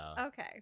Okay